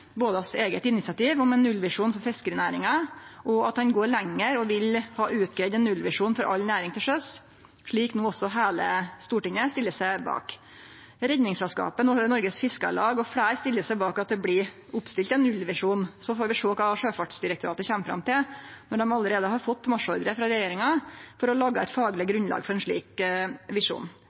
både hans eige initiativ om ein nullvisjon for fiskerinæringa, og at han går lenger og vil ha utgreidd ein nullvisjon for all næring til sjøs, slik no også heile Stortinget stiller seg bak. Redningsselskapet, Norges Fiskarlag og fleire stiller seg bak at det blir oppstilt ein nullvisjon. Så får vi sjå kva Sjøfartsdirektoratet kjem fram til, når dei allereie har fått marsjordre frå regjeringa om å lage eit fagleg grunnlag for ein slik visjon.